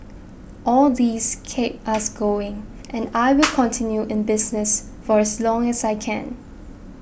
all these keep us going and I will continue in the business for as long as I can